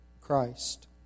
Christ